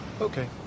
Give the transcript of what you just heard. Okay